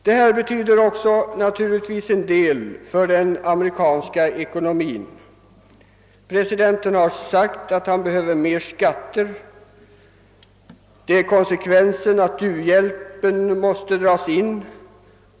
Kriget betyder naturligtvis också en del för den amerikanska ekonomin. Presidenten har sagt att han behöver mer skatter. Konsekvensen blir att uhjälpen måste dras in.